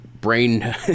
brain